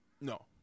No